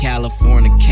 California